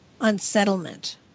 unsettlement